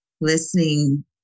listening